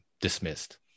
dismissed